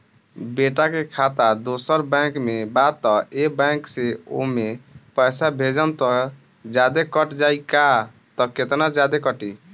बेटा के खाता दोसर बैंक में बा त ए बैंक से ओमे पैसा भेजम त जादे कट जायी का त केतना जादे कटी?